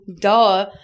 Duh